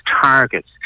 targets